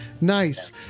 nice